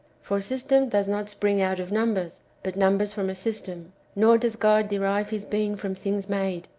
for system does not spring out of numbers, but numbers from a system nor does god derive his being from things made,